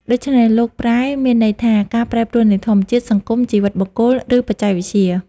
ដូច្នេះ "លោកប្រែ" មានន័យថា ការប្រែប្រួលនៃធម្មជាតិ សង្គម ជីវិតបុគ្គល និងបច្ចេកវិទ្យា។